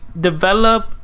develop